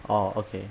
orh okay